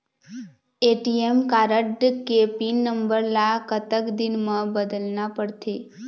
ATM card के pin number ला कतक दिन म बदलना पड़थे?